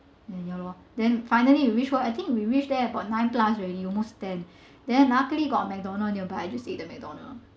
then ya lor then finally we reached lor I think we reached there about nine plus already almost ten then luckily got McDonald's nearby I just ate the McDonald's